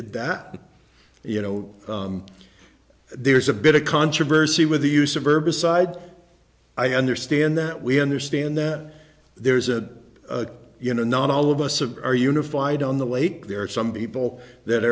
it that you know there's a bit of controversy with the use of herbicide i understand that we understand that there's a you know not all of us are unified on the lake there are some people that